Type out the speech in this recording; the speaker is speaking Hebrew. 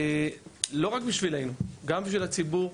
לא רק בשבילנו, גם בשביל הציבור.